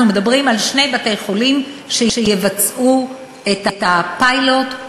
אנחנו מדברים על שני בתי-חולים שיבצעו את הפיילוט,